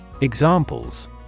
Examples